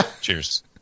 Cheers